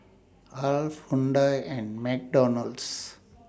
Alf Hyundai and McDonald's